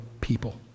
people